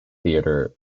theatre